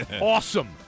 Awesome